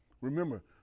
Remember